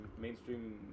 mainstream